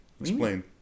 Explain